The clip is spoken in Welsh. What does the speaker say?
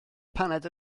paned